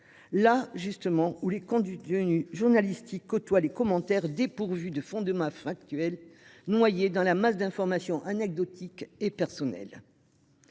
sociaux, où les contenus journalistiques côtoient les commentaires dépourvus de fondements factuels, noyés dans une masse d'informations anecdotiques et personnelles.